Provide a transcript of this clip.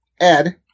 Ed